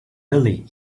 really